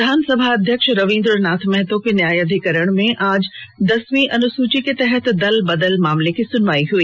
विधानसभा अध्यक्ष रबीन्द्रनाथ महतो के न्यायाधीकरण में आज दसवीं अनुसूचि के तहत दल बदल मामले की सुनवाई हुई